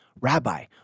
Rabbi